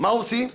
מה עושים?